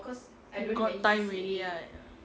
got time already right